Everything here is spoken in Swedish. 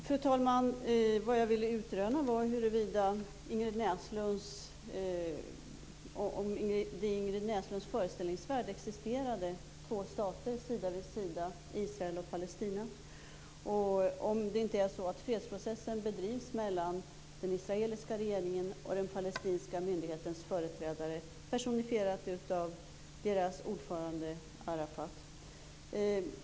Fru talman! Vad jag ville utröna var om det i Ingrid Näslunds föreställningsvärld existerade två stater sida vid sida, Israel och Palestina, och om det inte är så att fredsprocessen bedrivs mellan den israeliska regeringen och den palestinska myndighetens företrädare, personifierade av deras ordförande Arafat.